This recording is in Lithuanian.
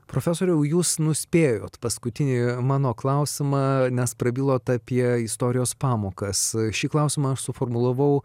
profesoriau jūs nuspėjot paskutinį mano klausimą nes prabilot apie istorijos pamokas šį klausimą aš suformulavau